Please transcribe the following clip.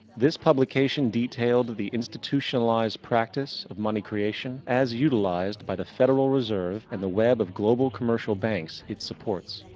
this publication detailed the institutionalized practice of money creation as utilized by the federal reserve and the web of global commercial banks it supports.